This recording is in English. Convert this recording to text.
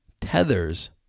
Tethers